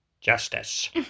justice